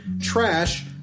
trash